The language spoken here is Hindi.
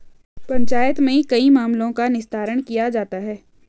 पंचायत में कई मामलों का निस्तारण किया जाता हैं